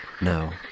No